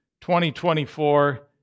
2024